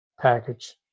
package